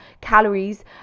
calories